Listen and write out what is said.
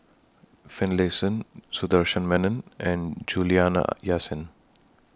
Finlayson Sundaresh Menon and Juliana Yasin